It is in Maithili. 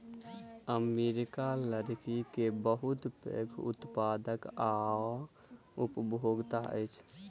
अमेरिका लकड़ी के बहुत पैघ उत्पादक आ उपभोगता अछि